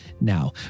now